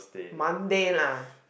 Monday lah